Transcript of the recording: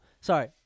Sorry